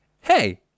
Hey